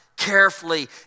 carefully